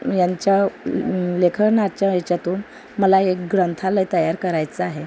यांच्या लेखनाच्या याच्यातून मला एक ग्रंथालय तयार करायचं आहे